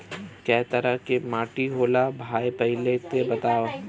कै तरह के माटी होला भाय पहिले इ बतावा?